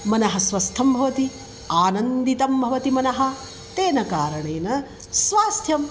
मनः स्वस्थं भवति आनन्दितं भवति मनः तेन कारणेन स्वास्थ्यम्